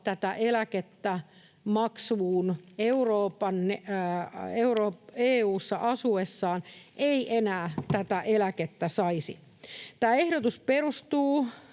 tätä eläkettä maksuun EU:ssa asuessaan, ei enää tätä eläkettä saisi. Tämä ehdotus perustuu